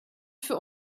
für